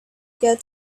get